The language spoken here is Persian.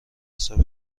حساب